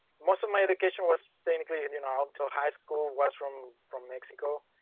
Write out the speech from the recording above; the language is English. most of my education was technically indian alto high school was from from mexico.